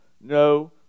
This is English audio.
No